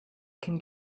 can